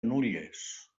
nulles